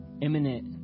imminent